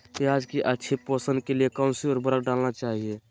प्याज की अच्छी पोषण के लिए कौन सी उर्वरक डालना चाइए?